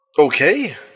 Okay